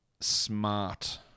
smart